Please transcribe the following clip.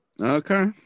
okay